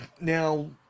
Now